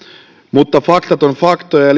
mutta faktat ovat faktoja ja